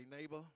neighbor